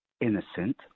innocent